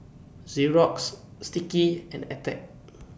Xorex Sticky and Attack